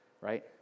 right